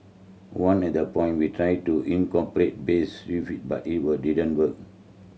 one at the point we tried to incorporate bass riff but it didn't work